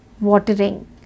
watering